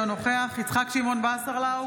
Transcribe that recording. אינו נוכח יצחק שמעון וסרלאוף,